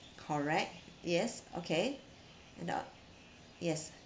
correct yes okay uh yes